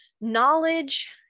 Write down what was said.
knowledge